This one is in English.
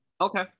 Okay